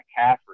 McCaffrey